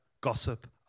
gossip